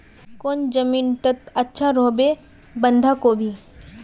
कौन जमीन टत अच्छा रोहबे बंधाकोबी?